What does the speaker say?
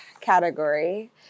category